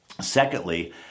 Secondly